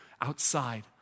outside